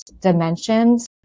dimensions